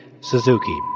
Suzuki